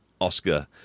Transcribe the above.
Oscar